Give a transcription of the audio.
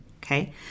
okay